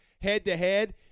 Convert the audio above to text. head-to-head